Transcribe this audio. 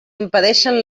impedeixen